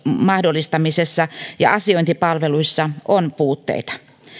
mahdollistamisessa ja asiointipalveluissa on puutteita